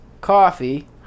coffee